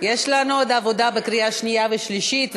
יש לנו עוד עבודה בקריאה שנייה ושלישית,